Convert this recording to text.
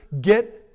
get